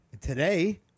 Today